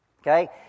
Okay